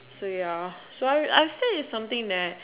so ya so I I feel is something that